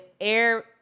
air